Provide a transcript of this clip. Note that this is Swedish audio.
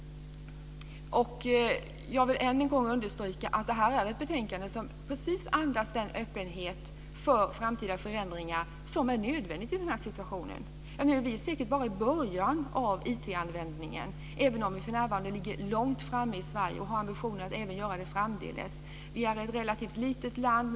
Än en gång vill jag understryka att betänkandet just andas den öppenhet för framtida förändringar som är nödvändig i den här situationen. Vi är säkert bara i början av IT-användningen, även om vi i Sverige för närvarande ligger långt framme och har ambitionen att göra det också framdeles. Sverige är ett relativt litet land.